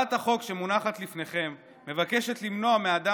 הצעת החוק שמונחת לפניכם מבקשת למנוע מאדם